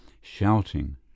shouting